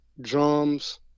drums